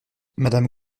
madame